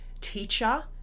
teacher